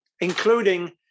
including